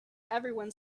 everyone